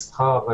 מסחר,